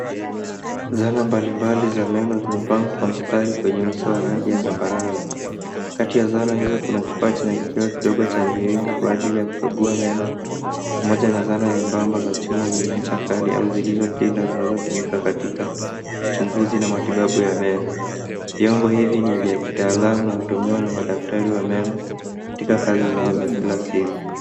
Zana mbalimbali za meno zimepangwa kwa mstari kwenye uso wa rangi ya zambarau. Kati ya zana hizo kuna kifaa chenye kioo kidogo cha mviringo Kwa ajili ya kukagua meno pamoja na zana nyembamba za chuma zenye ncha kali au zilizopinda zinazotumika katika uchunguzi na matibabu ya meno. Vyombo hivi ni vya kitaalam na utumiwa na madaktari wa meno katika kazi zao za kila siku.